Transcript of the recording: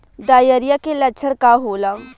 Diarrhoea के लक्षण का होला?